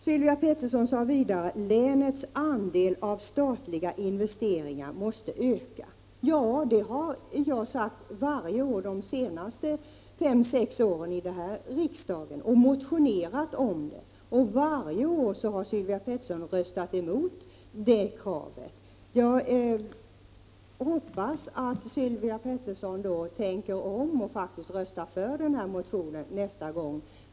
Sylvia Pettersson sade vidare att länets andel av statliga investeringar måste öka. Ja, det har jag sagt varje år de senaste fem sex åren här i riksdagen och motionerat om det. Varje år har Sylvia Pettersson röstat mot det kravet. Jag hoppas att hon tänker om och faktiskt röstar för det nästa gång.